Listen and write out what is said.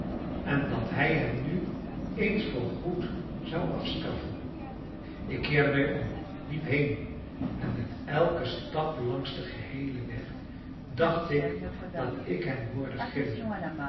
en dat hij hem nu eens voorgoed zou afstraffen ik keerde mij om liep heen en met elken stap langs den geheelen weg dacht ik dat ik hem hoorde gillen